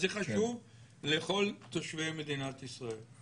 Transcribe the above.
אז זה חשוב לכל תושבי מדינת ישראל.